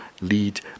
lead